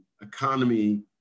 economy